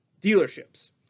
dealerships